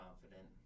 confident